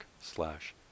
slash